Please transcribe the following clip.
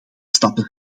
stappen